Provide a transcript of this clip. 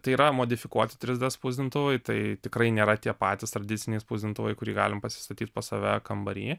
tai yra modifikuoti trys d spausdintuvai tai tikrai nėra tie patys tradiciniai spausdintuvai kurį galim pasistatyt pas save kambary